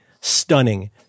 Stunning